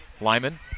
Lyman